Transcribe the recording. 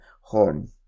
Horn